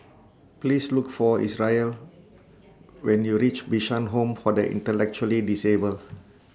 Please Look For Isreal when YOU REACH Bishan Home For The Intellectually Disabled